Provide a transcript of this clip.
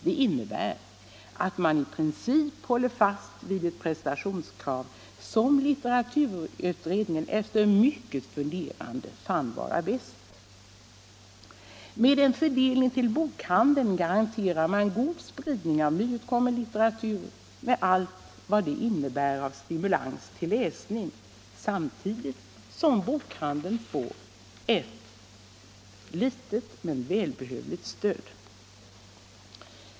Det innebär att man i princip håller fast vid det prestationskrav som litteraturutredningen efter mycket funderande fann vara bäst. Med en fördelning till bokhandeln garanterar man god spridning av nyutkommen litteratur med allt vad det innebär av stimulans till läsning, samtidigt som bokhandeln får ett litet men välbehövligt stöd.